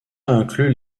inclut